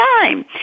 time